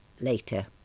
Later